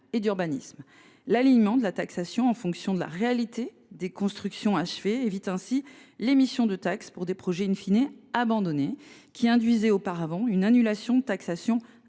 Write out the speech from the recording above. L’alignement de la taxation en fonction de la réalité des constructions achevées évite ainsi l’émission de taxes pour des projets abandonnés, qui induisait auparavant une annulation de taxation,